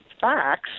facts